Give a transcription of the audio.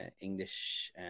english